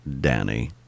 Danny